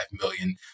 million